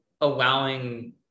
allowing